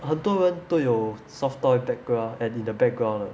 很多人都有 soft toy background and in the background 的